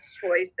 choice